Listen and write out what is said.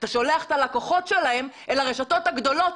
אתה שולח את הלקוחות שלהם אל הרשתות הגדולות,